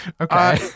Okay